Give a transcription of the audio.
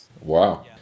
Wow